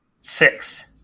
Six